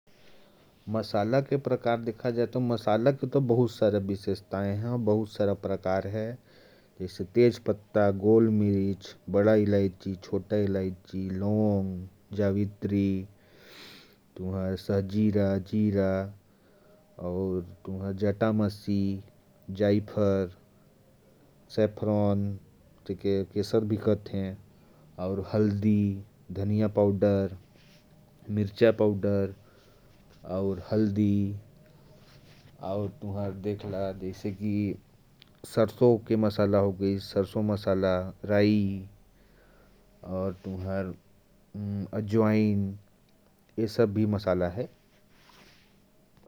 मसाला के प्रकार देखा जाए तो मसाला के बहुत सारे प्रकार और विशेषताएँ हैं। जैसे तेज पत्ता, गोल मिर्च, इलायची, बड़े इलायची, लॉन्ग, जीरा, सहजीरा, जावित्री, केसर, जटामासी, हल्दी, धनिया, सरसों, राई, अजवाइन, पोस्तदाना और भी कई मसाले हैं।